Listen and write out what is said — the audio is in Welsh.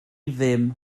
ddim